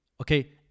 Okay